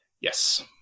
Yes